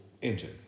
engine